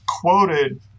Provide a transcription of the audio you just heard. quoted